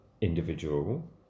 individual